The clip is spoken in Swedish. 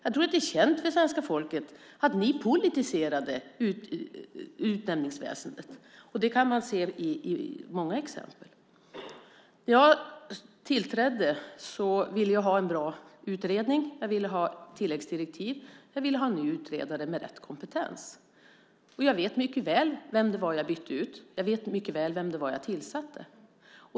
Jag tror att det är känt för svenska folket att ni politiserade utnämningsväsendet. Det kan man i se i många exempel. När jag tillträdde ville jag ha en bra utredning. Jag ville ha tilläggsdirektiv, och jag ville ha en ny utredare med rätt kompetens. Jag vet mycket väl vem det var som jag bytte ut, och jag vet mycket väl vem det var som jag tillsatte.